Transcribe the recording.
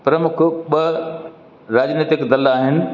प्रमुख ॿ राजनीतिक दल आहिनि